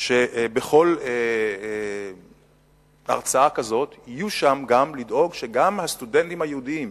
לדאוג שבכל הרצאה כזאת יהיו גם הסטודנטים היהודים,